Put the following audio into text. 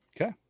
Okay